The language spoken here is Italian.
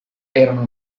erano